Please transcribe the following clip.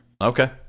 Okay